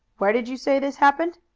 where did you say this happened?